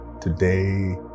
Today